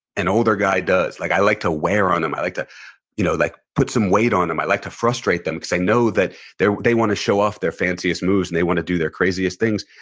an older guy does like i like to wear on them. i like to you know like put some weight on them. i like to frustrate them, because i know that they wanna show off their fanciest moves, and they want to do their craziest things,